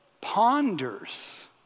ponders